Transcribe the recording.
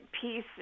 peace